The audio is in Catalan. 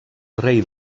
rei